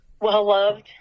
well-loved